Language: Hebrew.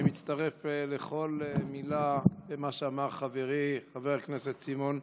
אני מצטרף לכל מילה שאמר חברי חבר הכנסת סימון,